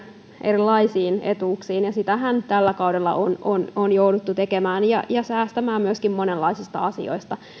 erilaisiin etuuksiin ja sitähän tällä kaudella on on jouduttu tekemään ja säästämään myöskin monenlaisista asioista